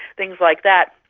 things like that.